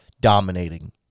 dominating